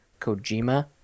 Kojima